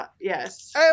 yes